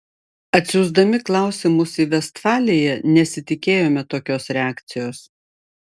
atsiųsdami klausimus į vestfaliją nesitikėjome tokios reakcijos